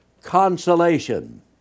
consolation